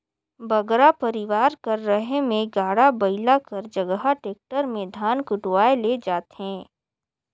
बगरा परिवार कर रहें में गाड़ा बइला कर जगहा टेक्टर में धान कुटवाए ले जाथें